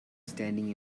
standing